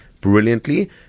brilliantly